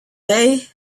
they